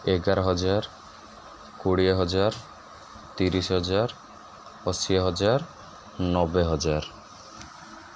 ଏଗାର ହଜାର କୋଡ଼ିଏ ହଜାର ତିରିଶ ହଜାର ଅଶୀ ହଜାର ନବେ ହଜାର